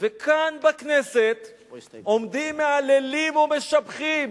וכאן בכנסת עומדים, מהללים ומשבחים